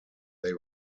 they